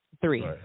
Three